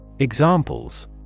Examples